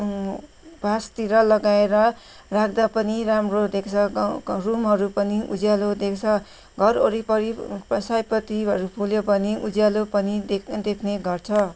भासतिर लगाएर राख्दा पनि राम्रो देख्छ गा क रुमहरू पनि उज्यालो देख्छ घर वरिपरि सयपत्रीहरू फुल्यो भने उज्यालो पनि देख देख्ने गर्छ